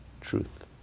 truth